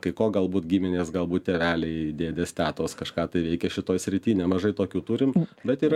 kai ko galbūt giminės galbūt tėveliai dėdės tetos kažką tai veikė šitoj srity nemažai tokių turim bet yra